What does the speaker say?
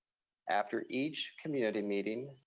after each community meeting,